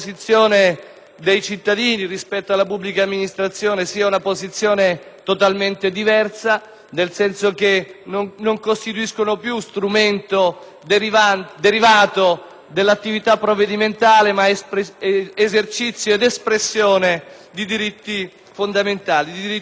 dei cittadini rispetto alla pubblica amministrazione sia totalmente diversa: infatti, tale tutela non costituisce più strumento derivato dell'attività provvedimentale, ma esercizio ed espressione di diritti fondamentali, di diritti civili.